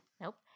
Nope